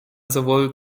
sowohl